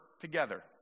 together